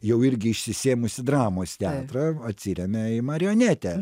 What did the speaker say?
jau irgi išsisėmusį dramos teatrą atsiremia į marionetę